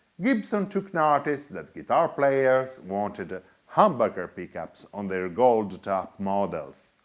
gibson took notice that guitar players wanted ah humbucker pickups on their gold top models.